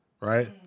right